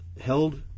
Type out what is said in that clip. held